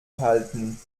halten